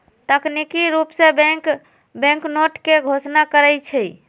तकनिकी रूप से बैंक बैंकनोट के घोषणा करई छई